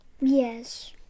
Yes